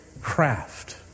craft